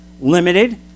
limited